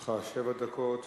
לרשותך שבע דקות.